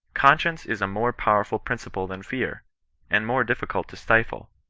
conscience is a more powerful principle than fear and more difiicult to stifle.